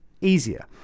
easier